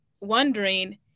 wondering